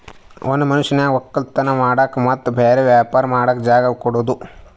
ಒಂದ್ ಮನಷ್ಯಗ್ ವಕ್ಕಲತನ್ ಮಾಡಕ್ ಮತ್ತ್ ಬ್ಯಾರೆ ವ್ಯಾಪಾರ ಮಾಡಕ್ ಜಾಗ ಕೊಡದು